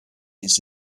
ist